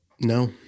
No